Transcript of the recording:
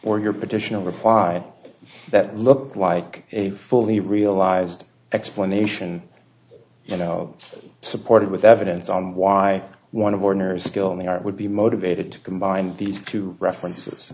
or your petition a reply that looked like a fully realized explanation you know supported with evidence on why one of ordinary skill in the art would be motivated to combine these two references